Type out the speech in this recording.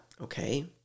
Okay